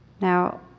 Now